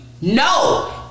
No